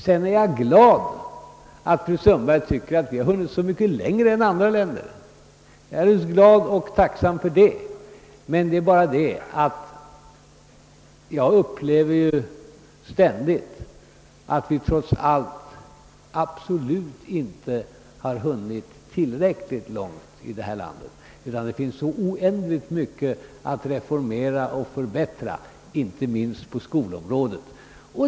Jag är mycket glad över att fru Sundberg tycker att vi har hunnit så mycket längre än andra länder, men jag upplever ständigt att vi trots allt inte hunnit tillräckligt långt. Det finns så oändligt mycket att reformera och förbättra inte minst på skolområdet.